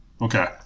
Okay